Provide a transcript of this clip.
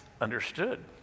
understood